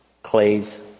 Clays